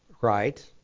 right